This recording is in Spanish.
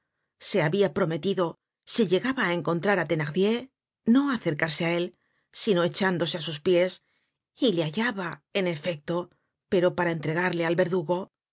se habia prometido si llegaba á encontrar á thenardier no acercarse á él sino echándose á sus pies y le hallaba en efecto pero para entregarle al verdugo